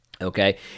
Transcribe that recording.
Okay